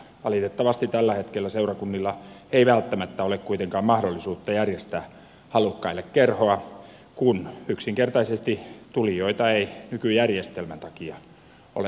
valitettavasti tällä hetkellä seurakunnilla ei välttämättä ole kuitenkaan mahdollisuutta järjestää halukkaille kerhoa kun yksinkertaisesti tulijoita ei nykyjärjestelmän takia ole tarpeeksi